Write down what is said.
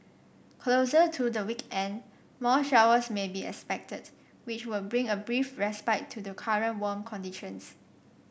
closer to the weekend more showers may be expected which would bring a brief respite to the current warm conditions